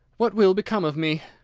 what will become of me?